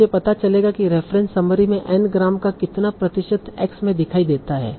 मुझे पता चलेगा कि रेफ़रेंस समरीस में N ग्राम का कितना प्रतिशत X में दिखाई देता है